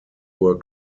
were